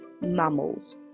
mammals